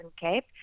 cape